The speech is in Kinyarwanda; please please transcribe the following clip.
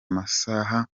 masaha